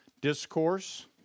discourse